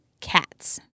cats